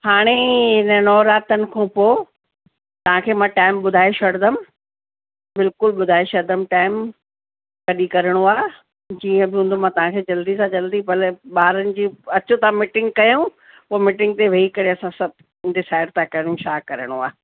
हाणे हिन नवरात्रनि खां पोइ तव्हांखे मां टाइम ॿुधाए छॾींदमि बिल्कुलु ॿुधाए छॾींदमि टाइम कॾहिं करिणो आहे जीअं बि हूंदो मां तव्हांखे जल्दी सां जल्दी भले ॿारनि जी अचो था मीटिंग कयऊं पोइ मीटिंग ते वही करे असां सभु डिसाइड था करियूं छा करिणो आहे